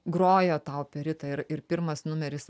grojo tą operitą ir ir pirmas numeris